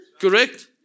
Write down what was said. Correct